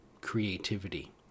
creativity